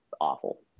awful